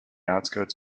outskirts